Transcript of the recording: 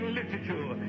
literature